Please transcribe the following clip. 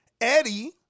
Eddie